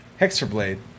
Hexerblade